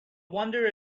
wonder